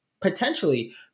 potentially